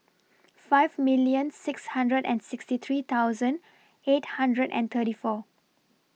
five million six hundred and sixty three thousand eight hundred and thirty four